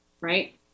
right